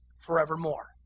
forevermore